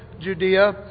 Judea